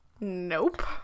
Nope